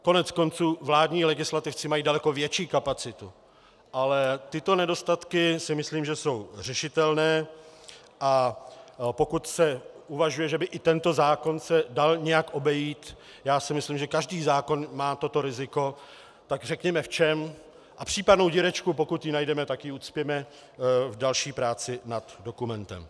Koneckonců vládní legislativci mají daleko větší kapacitu, ale tyto nedostatky myslím, že jsou řešitelné, a pokud se uvažuje, že by i tento zákon se dal nějak obejít, já si myslím, že každý zákon má toto riziko, tak řekněme v čem a případnou dírečku, pokud ji najdeme, ucpěme v další práci nad dokumentem.